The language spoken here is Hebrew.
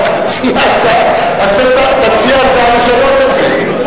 אז, תציע הצעה לשנות את זה.